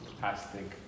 fantastic